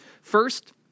First